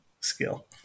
skill